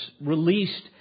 released